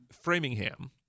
Framingham